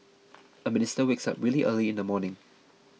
a minister wakes up really early in the morning